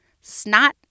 snot